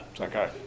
okay